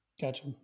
Gotcha